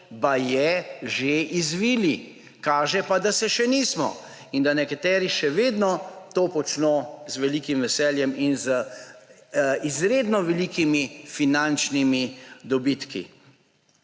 baje že izvili. Kaže pa, da se še nismo in da nekateri še vedno to počno z velikim veseljem in z izredno velikimi finančnimi dobitki.